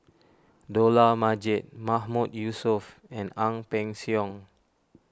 Dollah Majid Mahmood Yusof and Ang Peng Siong